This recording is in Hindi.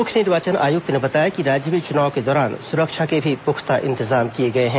मुख्य निर्वाचन आयुक्त ने बताया कि राज्य में चुनाव के दौरान सुरक्षा के भी पुख्ता इंतजाम किए गए हैं